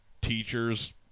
teacher's